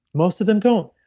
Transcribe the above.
most of them don't.